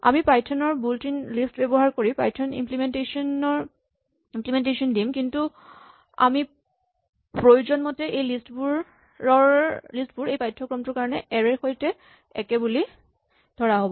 আমি পাইথন ৰ built in list ব্যৱহাৰ কৰি পাইথন ইম্লিমেন্টেচন দিম কিন্তু আমাৰ প্ৰয়োজন মতে এই লিষ্ট বোৰ এই পাঠ্যক্ৰমটোৰ কাৰণে এৰে ৰ সৈতে একে বুলি ধৰা হ'ব